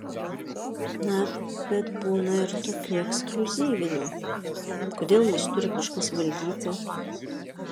na bet būna ir tokių ekskliuzyvinių kodėl mus turi kažkas valdyti